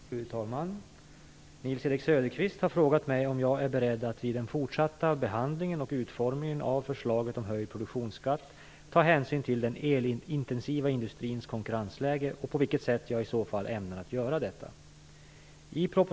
Fru talman! Nils-Erik Söderqvist har frågat mig om jag är beredd att vid den fortsatta behandlingen och utformningen av förslaget om höjd produktionsskatt ta hänsyn till den elintensiva industrins konkurrensläge och på vilket sätt jag i så fall ämnar att göra detta.